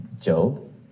Job